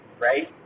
right